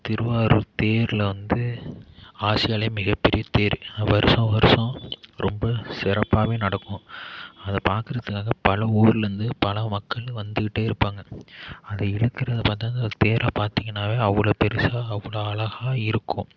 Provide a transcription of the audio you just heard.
திருவாரூர் தேரில் வந்து ஆசியாவிலே மிகப்பெரிய தேர் அது வருஷம் வருஷம் ரொம்ப சிறப்பாகவே நடக்கும் அதை பார்க்குறதுக்காக பல ஊர்லேருந்து பல மக்களும் வந்துகிட்டே இருப்பாங்க அது இருக்கிறத பார்த்தா அந்த தேரை பார்த்திங்கனாவே அவ்வளோ பெருசாக அவ்வளோ அழகாக இருக்கும்